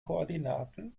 koordinaten